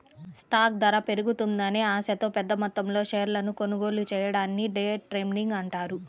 stock ధర పెరుగుతుందనే ఆశతో పెద్దమొత్తంలో షేర్లను కొనుగోలు చెయ్యడాన్ని డే ట్రేడింగ్ అంటారు